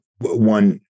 one